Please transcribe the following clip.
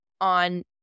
on